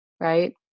right